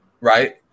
right